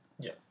Yes